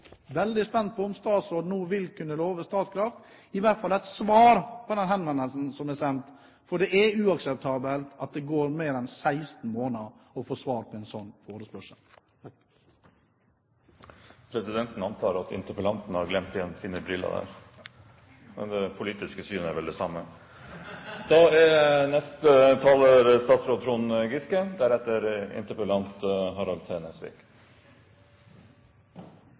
veldig spent på om statsråden nå i hvert fall vil kunne love Statkraft et svar på den henvendelsen som er sendt, for det er uakseptabelt at det går mer enn 16 måneder for å få svar på en slik forespørsel. Presidenten antar at det er interpellanten som har glemt igjen sine briller her – men det politiske synet er vel det samme. Det var oppklarende at interpellanten hadde lagt igjen brillene sine, det